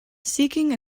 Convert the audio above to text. seeking